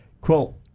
Quote